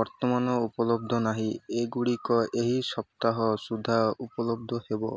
ବର୍ତ୍ତମାନ ଉପଲବ୍ଧ ନାହିଁ ଏଗୁଡ଼ିକ ଏହି ସପ୍ତାହ ସୁଦ୍ଧା ଉପଲବ୍ଧ ହେବ